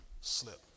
slip